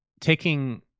taking